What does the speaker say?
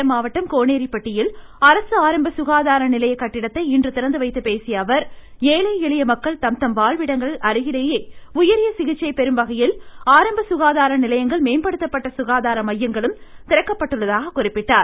சேலம் மாவட்டம் கோனோிப்பட்டியில் அரசு ஆரம்ப சுகாதார நிலைய கட்டடத்தை இன்று திறந்துவைத்து பேசிய அவர் ஏழை எளிய மக்கள் தத்தம் வாழ்விடங்கள் அருகேயே உயரிய சிகிச்சை பெறும் வகையில் ஆரம்ப சுகாதார நிலையங்கள் மேம்படுத்தப்பட்ட சுகாதார மையங்களும் திறக்கப்பட்டுள்ளதாக குறிப்பிட்டார்